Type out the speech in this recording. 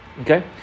Okay